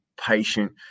patient